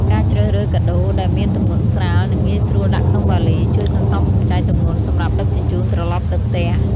ការជ្រើសរើសកាដូដែលមានទម្ងន់ស្រាល និងងាយស្រួលដាក់ក្នុងវ៉ាលី ជួយសន្សំសំចៃទម្ងន់សម្រាប់ដឹកជញ្ជូនត្រឡប់ទៅផ្ទះ។